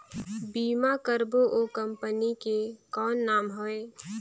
बीमा करबो ओ कंपनी के कौन नाम हवे?